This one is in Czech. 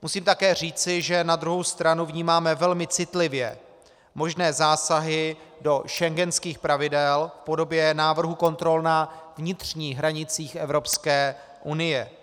Musím také říci, že na druhou stranu vnímáme velmi citlivě možné zásahy do schengenských pravidel v podobě návrhu kontrol na vnitřních hranicích Evropské unie.